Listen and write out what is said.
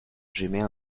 j’émets